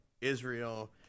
Israel